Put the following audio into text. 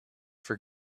for